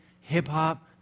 hip-hop